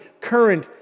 current